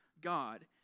God